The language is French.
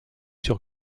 sur